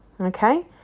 Okay